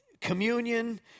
Communion